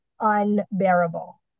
unbearable